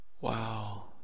wow